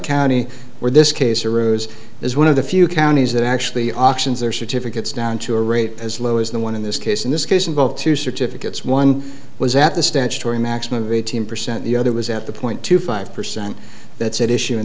county where this case arose is one of the few counties that actually auctions or certificates down to a rate as low as the one in this case in this case involved two certificates one was at the statutory maximum of eighteen percent the other was at the point two five percent that's at issue in